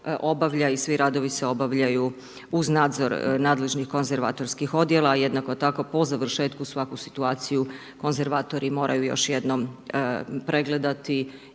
i svi radovi se obavljaju uz nadzor nadležnih konzervatorskih odjela, jednako tako po završetku svaku situaciju konzervatori moraju još jednom pregledati